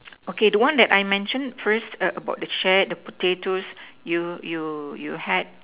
okay the want one that I mention first err about the shed the potatoes you you you had